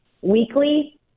weekly –